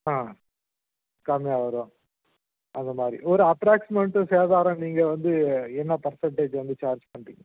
ஆ கம்மியா வரும் அந்த மாதிரி ஒரு அப்ராக்ஸிமெட்டு சேதாரம் நீங்கள் வந்து என்ன பர்சண்டேஜ் வந்து சார்ஜ் பண்ணுறீங்க